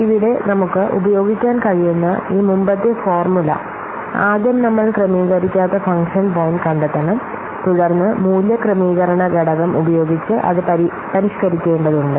ഇവിടെ നമുക്ക് ഉപയോഗിക്കാൻ കഴിയുന്ന ഈ മുമ്പത്തെ ഫോർമുല ആദ്യം നമ്മൾ ക്രമീകരിക്കാത്ത ഫംഗ്ഷൻ പോയിന്റ് കണ്ടെത്തണം തുടർന്ന് മൂല്യ ക്രമീകരണ ഘടകം ഉപയോഗിച്ച് അത് പരിഷ്കരിക്കേണ്ടതുണ്ട്